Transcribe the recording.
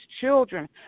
children